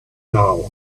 now